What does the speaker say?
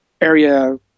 area